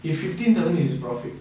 if fifteen thousand is his profit